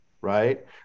Right